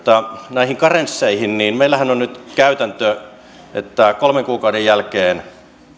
näihin karensseihin meillähän on nyt käytäntö että kolmen kuukauden jälkeen